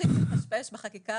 בחקיקה